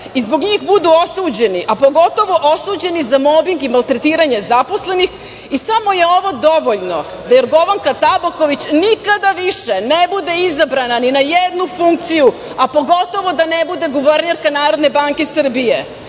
i zbog njih budu osuđeni, a pogotovo osuđeni za mobing i maltretiranje zaposlenih. Samo je ovo dovoljno da Jorgovanka Tabaković nikada više ne bude izabrana ni na jednu funkciju, a pogotovo da ne bude guvernerka Narodne banke Srbije.